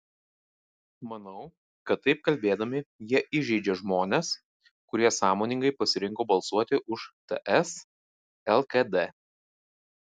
manau kad taip kalbėdami jie įžeidžia žmones kurie sąmoningai pasirinko balsuoti už ts lkd